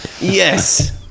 Yes